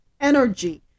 energy